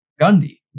Gundy